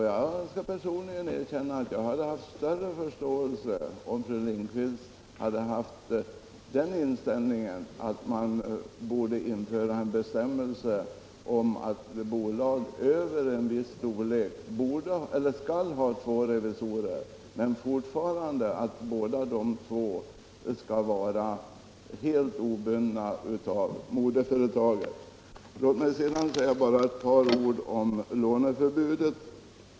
Jag skall personligen erkänna att jag hade haft större förståelse om fru Linquist hade haft den inställningen att man borde införa en bestämmelse om att bolag av en viss storlek skall ha två revisorer men att båda skall vara helt obundna av moderföretaget. Låt mig sedan säga bara några ord om låneförbudet.